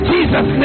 Jesus